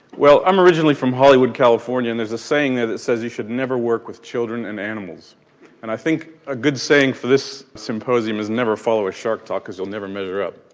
well, i'm originally from hollywood, california and there's a saying that that says you should never work with children and animals and i think a good saying for this symposium is never follow a shark talk because you'll never measure up.